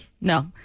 no